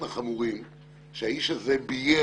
שהאיש הזה ביים